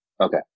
Okay